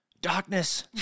Darkness